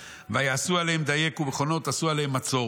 ויעשו עליהם דייק ומכונות" עשו עליהם מצור.